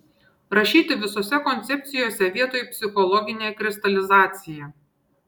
rašyti visose koncepcijose vietoj psichologinė kristalizacija